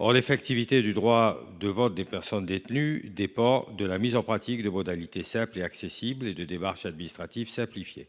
Or l’effectivité du droit de vote des personnes détenues dépend de la mise en pratique de modalités simples et accessibles, ainsi que de démarches administratives simplifiées.